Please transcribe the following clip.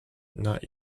not